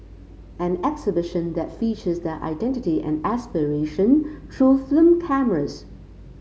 an exhibition that features their identity and aspiration through film cameras